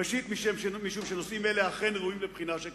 ראשית, משום שנושאים אלה אכן ראויים לבחינה שכזו,